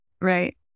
Right